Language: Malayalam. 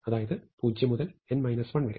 അതായത് 0 മുതൽ n 1 വരെ